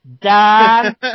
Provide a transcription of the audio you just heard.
Dan